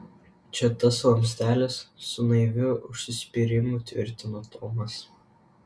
čia tas vamzdelis su naiviu užsispyrimu tvirtino tomas